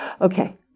Okay